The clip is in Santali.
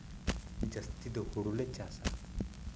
ᱡᱟᱹᱥᱛᱤ ᱫᱚ ᱦᱩᱲᱩᱞᱮ ᱪᱟᱥᱼᱟ